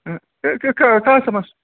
ह् का का समस्या